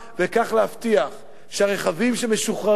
וכך להבטיח שהרכבים שמשוחררים,